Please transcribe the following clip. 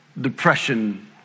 depression